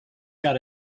got